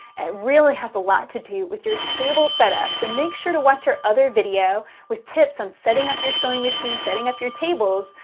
it really has a lot to do with your table setup. so and make sure to watch our other video with tips on setting up your sewing machine, setting up your tables,